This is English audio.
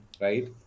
Right